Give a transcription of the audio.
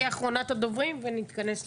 היא אחרונת הדוברים ונתכנס לסיכום.